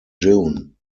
june